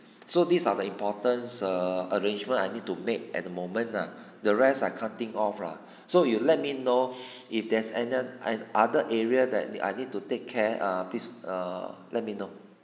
so these are the importance err arrangement I need to make at the moment lah the rest I can't think of lah so you let me know if there's any and other area that I need to take care of please err let me know